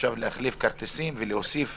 להחליף כרטיסים ולהוסיף